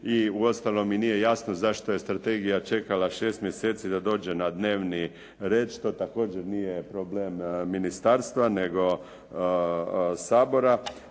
uostalom mi nije jasna zašto je strategija čekala šest mjeseci da dođe na dnevni red što također nije problem ministarstva nego Sabora.